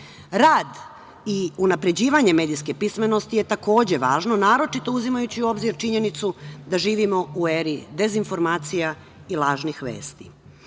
i unapređivanje medijske pismenosti je takođe važno, naročito uzimajući u obzir činjenicu da živimo u eri dezinformacija i lažnih vesti.Za